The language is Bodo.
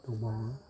दंबावाे